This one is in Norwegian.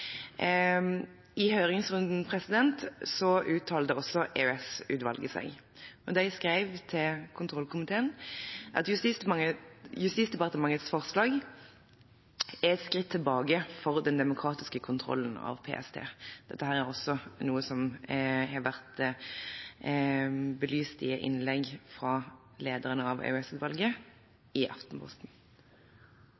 I høringsrunden uttalte også EOS-utvalget seg. De skrev til kontrollkomiteen at Justis- og beredskapsdepartementets forslag er et skritt tilbake for den demokratiske kontrollen av PST. Dette har også vært belyst i innlegg fra lederen av